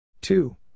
two